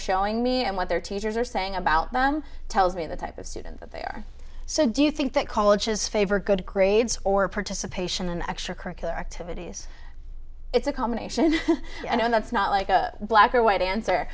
showing me and what their teachers are saying about them tells me the type of student that they're so do you think that colleges favor good grades or participation in extracurricular activities it's a combination i don't know it's not like a black or white